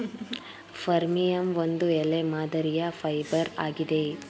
ಫರ್ಮಿಯಂ ಒಂದು ಎಲೆ ಮಾದರಿಯ ಫೈಬರ್ ಆಗಿದೆ